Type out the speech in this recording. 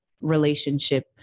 relationship